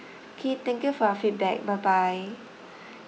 okay thank you for your feedback bye bye